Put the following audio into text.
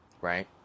right